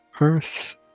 Earth